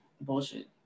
bullshit